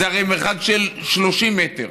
זה הרי מרחק של 30 מטר.